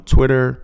Twitter